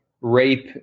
Rape